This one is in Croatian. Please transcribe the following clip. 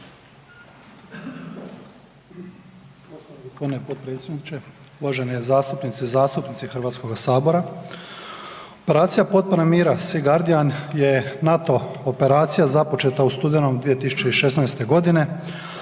potpredsjedniče, uvažene zastupnice i zastupnici Hrvatskoga sabora. Operacija potpore miru „Sea guardian“ je NATO operacija započeta u studenom 2016. g.